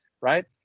right